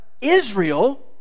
Israel